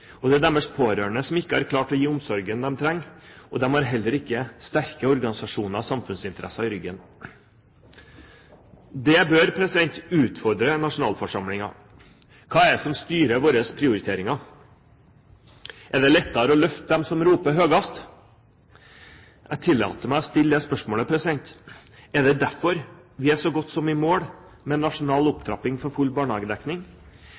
sak. Det er deres pårørende som ikke har klart å gi den omsorgen de trenger. De har heller ikke sterke organisasjoner og samfunnsinteresser i ryggen. Det bør utfordre nasjonalforsamlingen. Hva er det som styrer våre prioriteringer? Er det lettere å løfte dem som roper høyest? Jeg tillater meg å stille det spørsmålet. Er det derfor vi er så godt som i mål med nasjonal opptrapping for full barnehagedekning?